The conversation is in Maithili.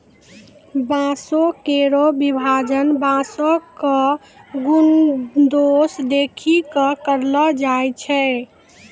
बांसों केरो विभाजन बांसों क गुन दोस देखि कॅ करलो जाय छै